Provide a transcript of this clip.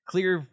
Clear